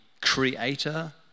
creator